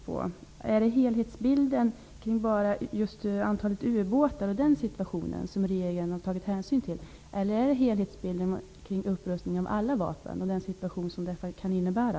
Är det bara helhetsbilden kring just antalet ubåtar och den situationen som regeringen har tagit hänsyn till eller är det helhetsbilden kring upprustningen med alla vapen och den situation som detta kan innebära?